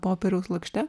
popieriaus lakšte